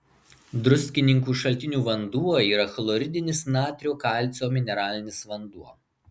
druskininkų šaltinių vanduo yra chloridinis natrio kalcio mineralinis vanduo